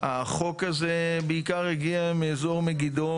החוק הזה הגיע בעיקר מאזור מגידו,